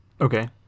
Okay